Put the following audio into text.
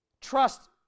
trust